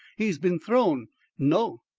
he has been thrown no.